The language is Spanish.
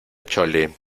chole